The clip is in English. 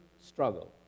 struggle